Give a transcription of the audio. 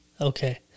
Okay